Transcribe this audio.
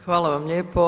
Hvala vam lijepo.